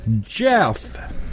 Jeff